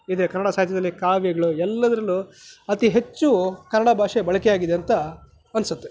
ಇದೆ ಕನ್ನಡ ಸಾಹಿತ್ಯದಲ್ಲಿ ಕಾವ್ಯಗಳು ಎಲ್ಲದರಲ್ಲೂ ಅತಿ ಹೆಚ್ಚು ಕನ್ನಡ ಭಾಷೆ ಬಳಕೆಯಾಗಿದೆ ಅಂತ ಅನ್ನಿಸುತ್ತೆ